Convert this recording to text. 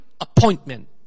Appointment